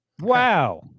Wow